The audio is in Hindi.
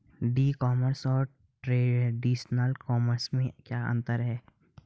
ई कॉमर्स और ट्रेडिशनल कॉमर्स में क्या अंतर है?